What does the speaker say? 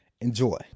Enjoy